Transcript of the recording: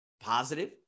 positive